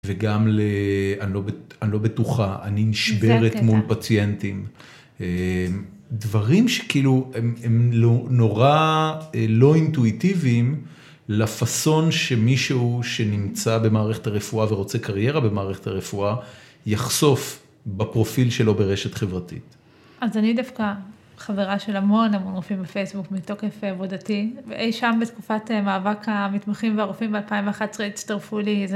וגם ל... אני לא בטוחה, אני נשברת מול פציינטים. דברים שכאילו, הם נורא לא אינטואיטיביים, לפסון שמישהו שנמצא במערכת הרפואה ורוצה קריירה במערכת הרפואה, יחשוף בפרופיל שלו ברשת חברתית. אז אני דווקא חברה של המון המון רופאים בפייסבוק מתוקף עבודתי, ואי שם בתקופת מאבק המתמחים והרופאים ב-2011, הצטרפו לי איזה...